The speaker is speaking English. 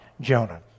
Jonah